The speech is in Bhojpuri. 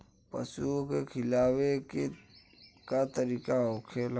पशुओं के खिलावे के का तरीका होखेला?